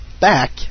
back